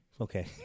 Okay